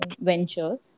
venture